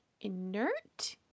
inert